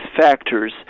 factors